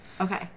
Okay